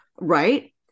right